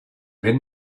ben